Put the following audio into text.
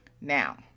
Now